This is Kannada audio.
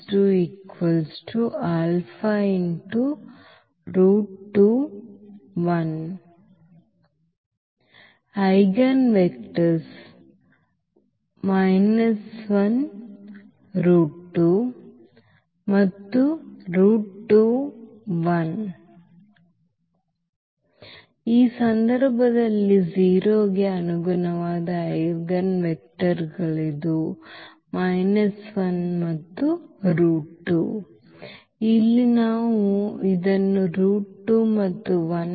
Eigenvectors ಈ ಸಂದರ್ಭದಲ್ಲಿ 0 ಕ್ಕೆ ಅನುಗುಣವಾದ ಐಜೆನ್ವೆಕ್ಟರ್ಗಳು ಇದು 1 ಮತ್ತು √2 ಮತ್ತು ಇಲ್ಲಿ ನಾವು ಇದನ್ನು √2 ಮತ್ತು 1